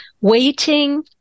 waiting